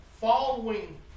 following